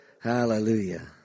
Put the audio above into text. hallelujah